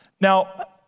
Now